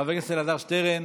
חבר הכנסת אלעזר שטרן,